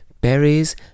berries